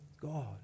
God